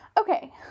Okay